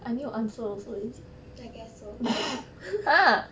I guess so